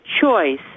choice